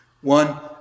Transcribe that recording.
One